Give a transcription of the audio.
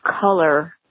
color